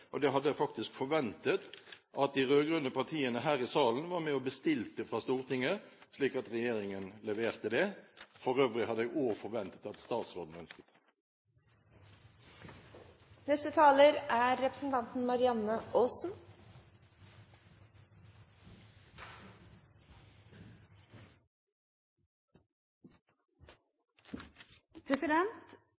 Og det hadde jeg faktisk forventet at de rød-grønne partiene her i salen var med og bestilte fra Stortinget, slik at regjeringen leverte det. For øvrig hadde jeg også forventet at statsråden ønsket det.